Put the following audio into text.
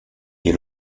des